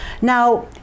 now